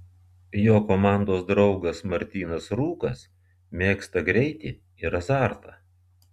jo komandos draugas martynas rūkas mėgsta greitį ir azartą